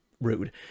rude